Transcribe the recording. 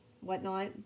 whatnot